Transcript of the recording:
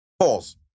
Pause